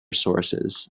sources